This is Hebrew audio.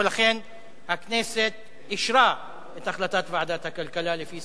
ולכן הכנסת אישרה את החלטת ועדת הכלכלה לפי